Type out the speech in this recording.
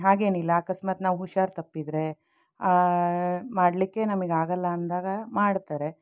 ಹಾಗೇನಿಲ್ಲ ಅಕಸ್ಮಾತ್ ನಾವು ಹುಷಾರು ತಪ್ಪಿದರೆ ಮಾಡಲಿಕ್ಕೆ ನಮಗಾಗಲ್ಲ ಅಂದಾಗ ಮಾಡ್ತಾರೆ